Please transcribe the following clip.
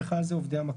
ובכלל זה עובדי המקום.